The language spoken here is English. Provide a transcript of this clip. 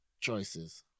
choices